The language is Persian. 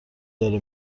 داره